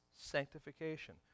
sanctification